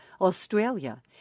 Australia